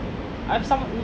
I've some~